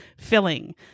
filling